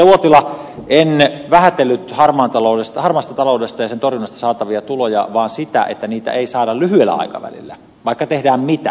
uotila en vähätellyt harmaasta taloudesta ja sen torjunnasta saatavia tuloja vaan sitä että niitä ei saada lyhyellä aikavälillä vaikka tehdään mitä